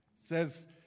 says